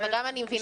ואני גם מבינה,